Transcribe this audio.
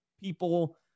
people